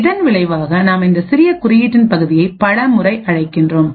இதன் விளைவாக நாம் இந்த சிறிய குறியீட்டின் பகுதியை பல முறை அழைக்கிறோம்